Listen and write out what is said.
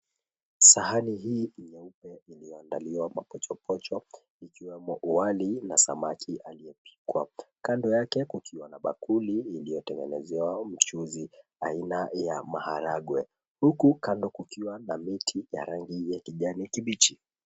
Sahani hii nyeupe iliyoandaliwa mapochopocho ikiwemo wali na samaki aliyepikwa. Kando yake kukiwa na bakuli iliyotengenezewa mchuzi aina ya maharagwe huku kando kukiwa na miti ya rangi ya kijani kibichi.